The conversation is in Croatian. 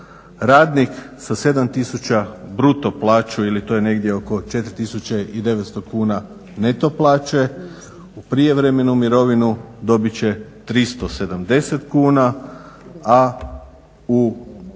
Radnik sa 7000 bruto plaću ili to je negdje oko 4900 kuna neto plaće u prijevremenu mirovinu dobit će 370 kuna, a u